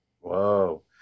Whoa